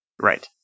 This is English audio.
Right